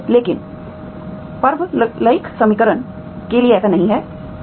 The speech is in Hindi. लेकिन परवलयिक समीकरण के लिए ऐसा नहीं है